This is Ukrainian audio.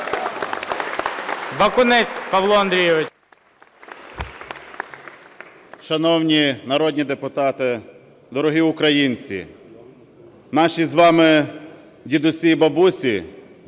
Бакунець Павло Андрійович.